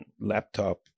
laptop